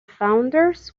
founders